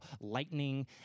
lightning